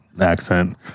accent